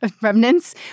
remnants